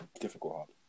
difficult